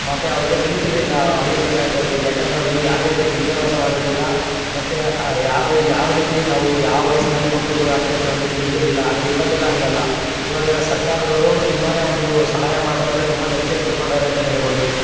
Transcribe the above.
ಮತ್ತು ಅವರಿಗೆ ತಿಳಿತಿರಲಿಲ್ಲಾ ಹಳ್ಳಿ ಜನತೆಗಳ್ಗೆ ಯಾಕೆಂದರೆ ಅವರಿಗೆ ಯಾವುದೆ ರೀತಿ ವಿದ್ಯಾಭ್ಯಾಸ ಮಾಡಿರಲಿಲ್ಲ ಮತ್ತೆ ಯಾವ ಯಾವ ರೀತಿ ನಾವು ಯಾವ ವಯಸ್ನಲ್ಲಿ ಮಕ್ಳುಗಳಿಗೆ ಹಾಕ್ಸ್ಬೇಕು ಅನ್ನೋದು ತಿಳಿದಿರ್ಲಿಲ್ಲ ಆದರೆ ಇವಾಗೆಲ್ಲ ಹಂಗಲ್ಲ ಇವಾಗೆಲ್ಲ ಸರ್ಕಾರದೋರೂ ತುಂಬಾ ಒಂದು ಸಹಾಯ ಮಾಡ್ತಾರೆ ತುಂಬ ಎಚ್ಚೆತ್ತುಕೊಂಡವರೆ ಅಂತಲೇ ಹೇಳ್ಬೋದು